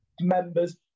members